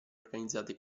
organizzate